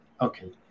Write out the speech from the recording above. Okay